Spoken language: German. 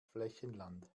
flächenland